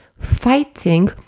fighting